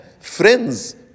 Friends